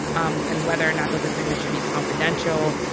um and whether or not those agreements should be confidential,